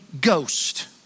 ghost